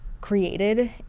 created